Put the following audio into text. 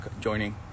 joining